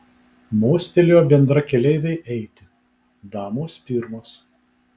mostelėjo bendrakeleivei eiti damos pirmos